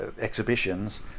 exhibitions